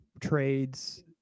trades